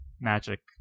magic